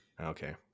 Okay